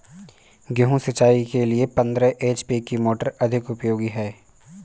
गेहूँ सिंचाई के लिए पंद्रह एच.पी की मोटर अधिक उपयोगी है?